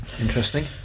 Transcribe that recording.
interesting